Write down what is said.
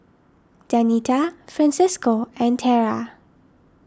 Danita Francesco and Tarah